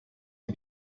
est